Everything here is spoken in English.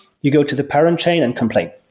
you go to the parent chain and complain.